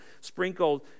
sprinkled